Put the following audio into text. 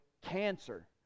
Cancer